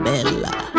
Bella